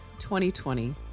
2020